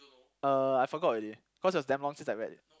uh I forgot already cause it was damn long since I read it